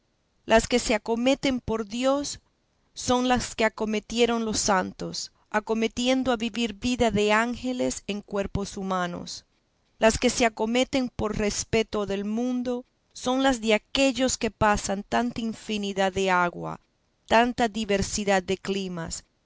las que se acometen por dios son las que acometieron los santos acometiendo a vivir vida de ángeles en cuerpos humanos las que se acometen por respeto del mundo son las de aquellos que pasan tanta infinidad de agua tanta diversidad de climas